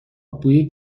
بوی